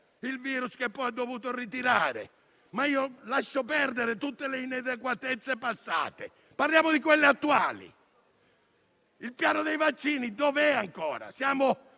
il virus e che poi ha dovuto ritirare, lascio perdere tutte le inadeguatezze passate per parlare di quelle attuali. Il piano dei vaccini dov'è ancora?